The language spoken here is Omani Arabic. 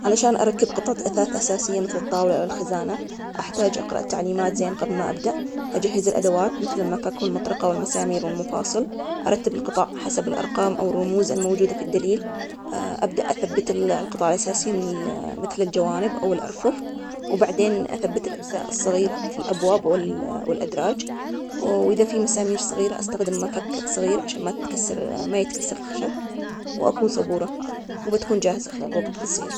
علشان أركب قطعة أثاث أساسية مثل الطاولة أوالخزانة، أحتاج أقرأ التعليمات زين قبل ما أبدء أجهز الأدوات، مثل المفك والمطرقة، والمسامير والمفاصل، أرتب القطاع حسب الأرقام أو الرموز الموجودة في الدليل، أبدء أثبت القطع الأساسي من مثل الجوانب أو الأرفف، وبعدين أثبت الأجزاء الصغيرة مثل الأبواب وال- والأدراج، وإذا في مسامير صغيرة أستخدم مفك صغير عشان ما تكسر- ما يتكسر الخشب. وأكون صبورة، وبتكون جاهزة خلال وقت قصير.